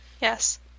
Yes